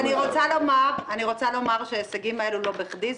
אני רוצה לומר שההישגים הללו הם לא בכדי,